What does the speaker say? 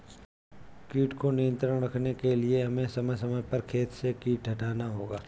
कीट को नियंत्रण रखने के लिए हमें समय समय पर खेत से कीट हटाना होगा